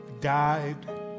died